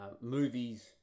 movies